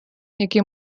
які